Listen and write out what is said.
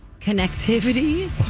connectivity